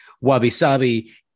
Wabi-sabi